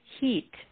heat